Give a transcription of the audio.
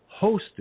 hosted